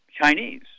Chinese